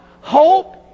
Hope